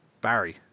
Barry